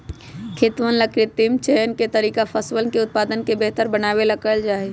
खेतवन ला कृत्रिम चयन के तरीका फसलवन के उत्पादन के बेहतर बनावे ला कइल जाहई